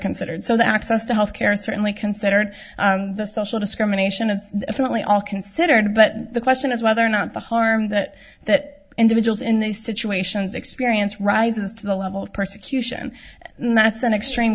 considered so that access to healthcare certainly considered the social discrimination as if only all considered but the question is whether or not the harm that that individuals in these situations experience rises to the level of persecution that's an extreme